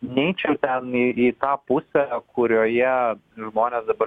neičiau ten į į tą pusę kurioje žmonės dabar